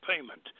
payment